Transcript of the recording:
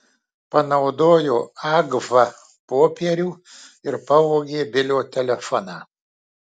panaudojo agfa popierių ir pavogė bilio telefoną